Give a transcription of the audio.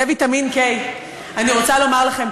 זה ויטמין K. אני רוצה לומר לכם,